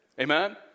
Amen